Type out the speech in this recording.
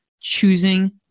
choosing